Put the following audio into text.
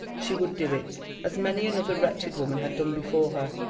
she would do it, as many another wretched woman had done before her,